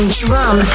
drum